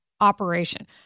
operation